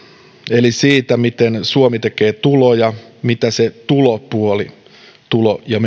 eli siitä miten suomi tekee tuloja mitä se tulopuoli tulo ja